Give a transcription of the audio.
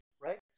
right